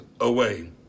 away